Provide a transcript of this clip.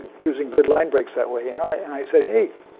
choosing good line breaks that way. and i said, hey,